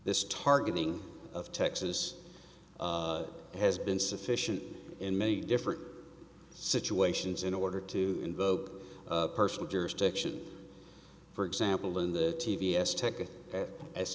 this is targeting of texas has been sufficient in many different situations in order to invoke personal jurisdiction for example in the t v s tech